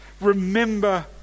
Remember